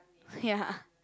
ya